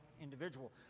individual